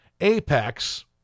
Apex